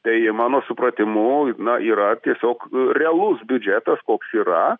tai mano supratimu na yra tiesiog realus biudžetas koks yra